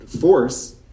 force